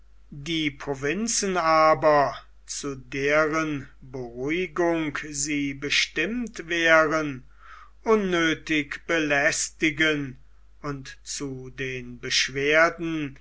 die provinzen aber zu deren beruhigung sie bestimmt wäre unnöthig belästigen und zu den beschwerden